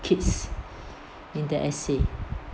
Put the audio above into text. kids in the essay